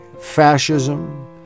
fascism